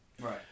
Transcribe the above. right